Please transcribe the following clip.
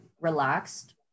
relaxed